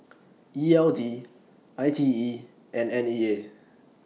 E L D I T E and N E A